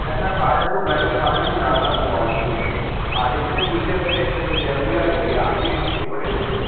ਇਹਨਾਂ ਸਾਰਿਆਂ ਤੋਂ ਬੈਟਰ ਸਾਰਿਆਂ ਦੀ ਅਲੱਗ ਅਲੱਗ ਕੁਆਲਿਟੀ ਹੈ ਹਰ ਇੱਕ ਦੇ ਟੀਚਰ ਜਿਹੜੇ ਤਜਰਬੇ ਵਾਲੇ ਹੈਗੇ ਆ ਆਈ ਆਈ ਟੀ ਤੋਂ ਪੜ੍ਹੇ ਹੋਏ ਆ